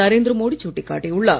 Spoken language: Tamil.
நரேந்திர மோடி சுட்டிக் காட்டியுள்ளார்